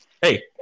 Hey